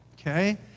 Okay